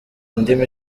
ndimi